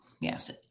Yes